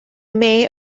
may